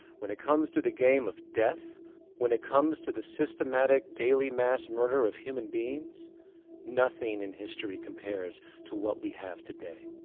when it comes to the game of death when comes to the systematic daily mass murder of human beings nothing in history compares to what we have today.